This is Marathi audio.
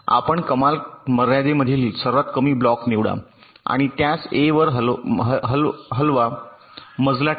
आपण कमाल मर्यादेमधील सर्वात कमी ब्लॉक निवडा आणि त्यास ए वर हलवा मजला ठेवा